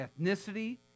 ethnicity